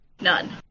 none